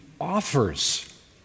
offers